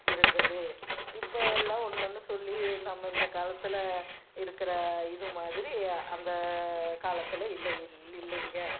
இருந்தது இப்போ எல்லாம் ஒன்று ஒன்று சொல்லி நம்ம இந்த காலத்தில் இருக்கிற இது மாதிரி அந்த காலத்தில் இல்லை இல் இல்லைங்க